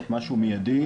צריך לעשות משהו מיידי,